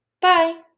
bye